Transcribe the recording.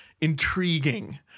intriguing